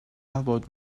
elbowed